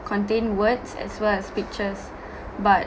contain words as well as pictures but